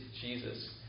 Jesus